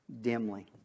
dimly